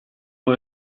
può